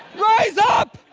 rise up!